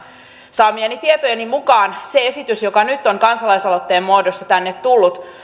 saamieni tietojen mukaan se esitys joka nyt on kansalaisaloitteen muodossa tänne tullut